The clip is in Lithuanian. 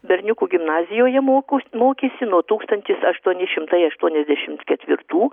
berniukų gimnazijoje mokos mokėsi nuo tūkstantis aštuoni šimtai aštuoniasdešimt ketvirtų